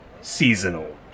seasonal